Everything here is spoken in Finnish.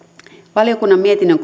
valiokunnan mietinnön